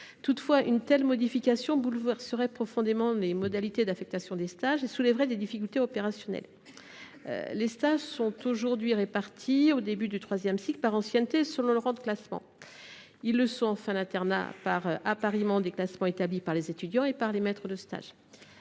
Toutefois, une telle modification bouleverserait profondément les modalités d’affectation des stages et soulèverait des difficultés opérationnelles : les stages sont aujourd’hui répartis, au début du troisième cycle, par ancienneté et selon le rang de classement ; ils le sont, en fin d’internat, par appariement des classements établis par les étudiants et par les maîtres de stage.